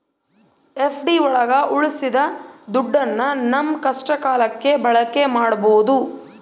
FD ಒಳಗ ಉಳ್ಸಿದ ದುಡ್ಡನ್ನ ನಮ್ ಕಷ್ಟ ಕಾಲಕ್ಕೆ ಬಳಕೆ ಮಾಡ್ಬೋದು